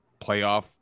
playoff